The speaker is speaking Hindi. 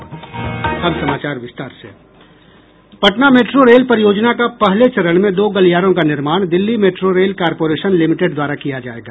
पटना मेट्रो रेल परियोजना का पहले चरण में दो गलियारों का निर्माण Delhi metro rail corporation limited द्वारा किया जायेगा